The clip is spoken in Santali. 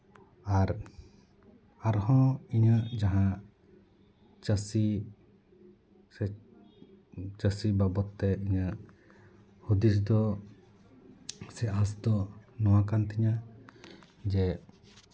ᱟᱨ ᱟᱨᱦᱚᱸ ᱤᱧᱟᱹᱜ ᱡᱟᱦᱟᱸ ᱪᱟᱹᱥᱤ ᱪᱟᱹᱥᱤ ᱵᱟᱵᱚᱫ ᱛᱮ ᱤᱧᱟᱹᱜ ᱦᱩᱫᱤᱥ ᱫᱚ ᱥᱮ ᱟᱸᱥ ᱫᱚ ᱱᱚᱣᱟ ᱠᱟᱱ ᱛᱤᱧᱟᱹ ᱡᱮ